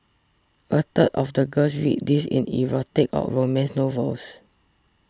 a third of the girls read these in erotic or romance novels